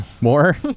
More